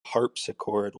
harpsichord